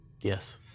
yes